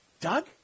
Doug